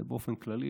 זה באופן כללי,